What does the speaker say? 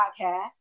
Podcast